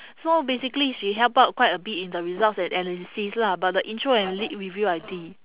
so basically she helped out quite a bit in the result and analysis lah but the intro and lead review I di~